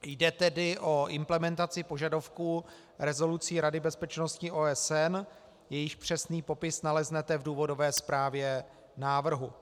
Jde tedy o implementaci požadavků rezolucí Rady bezpečnosti OSN, jejichž přesný popis naleznete v důvodové zprávě návrhu.